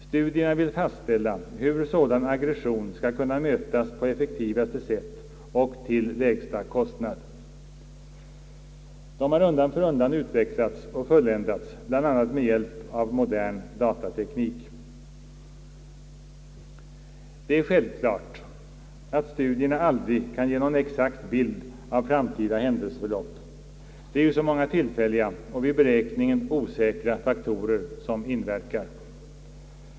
Studierna vill fastställa hur sådan aggression skall kunna mötas på effektivaste sätt och till lägsta kostnad. De har undan för undan utvecklats och fulländats bl.a. med hjälp av modern datateknik. Det är självklart, att studierna aldrig kan ge någon exakt bild av framtida händelseförlopp; det är ju så många tillfälliga och vid beräkningen osäkra faktorer som inverkar.